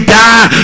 die